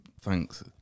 Thanks